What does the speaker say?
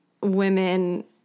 women